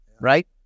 right